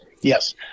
Yes